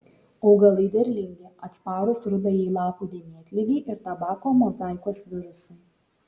augalai derlingi atsparūs rudajai lapų dėmėtligei ir tabako mozaikos virusui